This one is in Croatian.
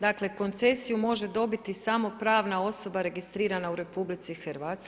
Dakle koncesiju može dobiti samo pravna osoba registrirana u RH.